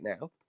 now